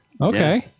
Okay